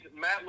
Matt